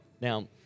Now